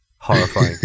horrifying